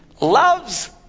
loves